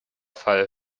fall